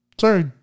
sorry